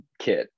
kit